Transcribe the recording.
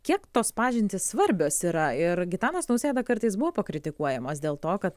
kiek tos pažintys svarbios yra ir gitanas nausėda kartais buvo pakritikuojamas dėl to kad